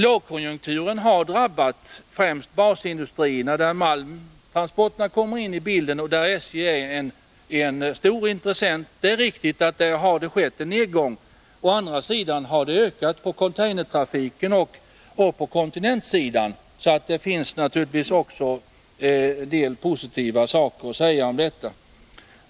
Lågkonjunkturen har drabbat främst basindustrierna, där malmtransporterna kommer in i bilden och där SJ är en stor intressent. Det är riktigt att det där har skett en nedgång. Å andra sidan har godstrafiken ökat när det gäller containertrafiken och kontinenttrafiken. Det finns alltså också en del positiva saker att säga om detta.